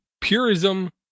Purism